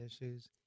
issues